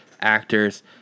actors